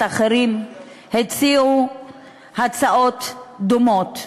אחרים הציעו הצעות דומות.